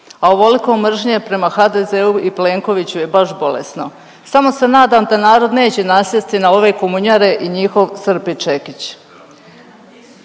a ovoliko mržnje prema HDZ-u i Plenkoviću je baš bolesno. Samo se nadam da narod neće nasjesti na ove komunjare i njihov srp i čekić.